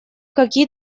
какие